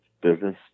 business